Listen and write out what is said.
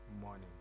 morning